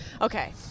Okay